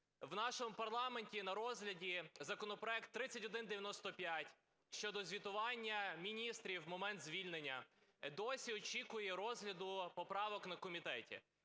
в нашому парламенті на розгляді законопроект 3195 щодо звітування міністрів в момент звільнення досі очікує розгляду поправок на комітеті.